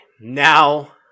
now